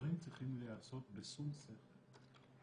דברים צריכים להיעשות בשום שכל.